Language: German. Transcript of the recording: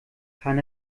kann